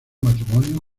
matrimonio